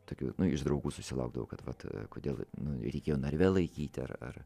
tokių nu iš draugų susilaukdavau kad vat kodėl nu reikėjo narve laikyti ar ar